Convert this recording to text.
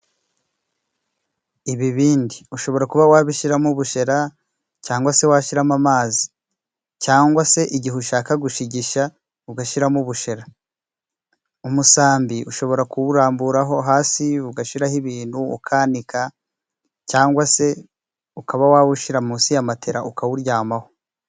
Ibibindi ushobora kuba wabishyiramo ubushera cyangwa se washyiramo amazi, cyangwa se igihe ushaka gushigisha ugashyiramo ubushera. Umusambi ushobora kuwurambura aho hasi ugashiraho ibintu ukanika, cyangwa se ukaba wawushira munsi ya matela ukawuryamaho.